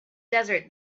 desert